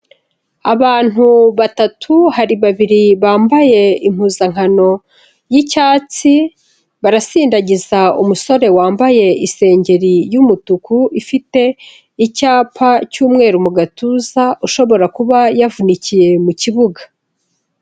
Abantu batatu: hari babiri bambaye impuzankano y'icyatsi, barasindagiza umusore wambaye isengeri y'umutuku ifite icyapa cy'umweru mu gatuza, ushobora kuba yavunikiye mu kibuga.